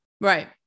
Right